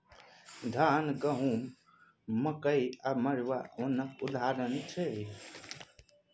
धान, गहुँम, मकइ आ मरुआ ओनक उदाहरण छै